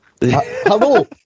Hello